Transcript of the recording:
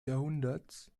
jahrhunderts